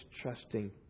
trusting